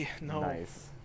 Nice